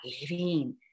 living